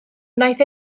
wnaeth